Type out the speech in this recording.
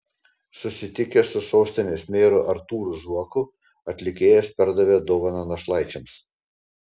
susitikęs su sostinės meru artūru zuoku atlikėjas perdavė dovaną našlaičiams